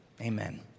Amen